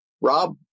Rob